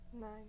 Nine